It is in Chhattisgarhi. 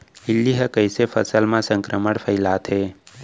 इल्ली ह कइसे फसल म संक्रमण फइलाथे?